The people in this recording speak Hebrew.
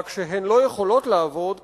רק שהן לא יכולות לעבוד.